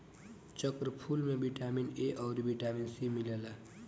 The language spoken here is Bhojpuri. चक्रफूल में बिटामिन ए अउरी बिटामिन सी मिलेला